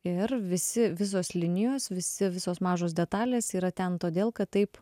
ir visi visos linijos visi visos mažos detalės yra ten todėl kad taip